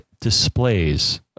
displays